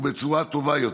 ובצורה טובה יותר.